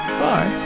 Bye